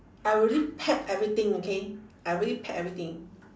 I already pack everything okay I really pack everything